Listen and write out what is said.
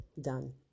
Done